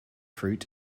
fruit